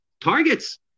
targets